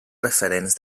referents